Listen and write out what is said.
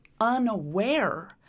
unaware